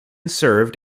served